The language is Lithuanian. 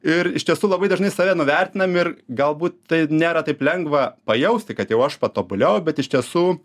ir iš tiesų labai dažnai save nuvertinam ir galbūt tai nėra taip lengva pajausti kad jau aš patobulėjau bet iš tiesų